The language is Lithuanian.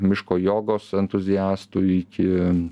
miško jogos entuziastų iki